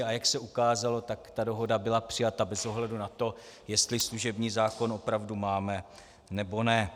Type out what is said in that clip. A jak se ukázalo, tak dohoda byla přijata bez ohledu na to, jestli služební zákon opravdu máme, nebo ne.